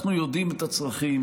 אנחנו יודעים את הצרכים,